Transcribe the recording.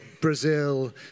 Brazil